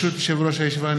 ברשות יושב-ראש הישיבה,